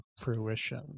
fruition